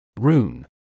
Rune